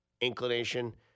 inclination